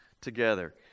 together